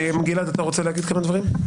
גלעד, אתה רוצה לומר כמה דברים?